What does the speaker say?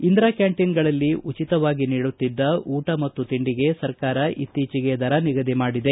ಇಂದಿರಾ ಕ್ಕಾಂಟೀನ್ಗಳಲ್ಲಿ ಉಚಿತವಾಗಿ ನೀಡುತ್ತಿದ್ದ ಊಟ ಮತ್ತು ತಿಂಡಿಗೆ ಸರ್ಕಾರ ಇತ್ತೀಚೆಗೆ ದರ ನಿಗದಿ ಮಾಡಿದೆ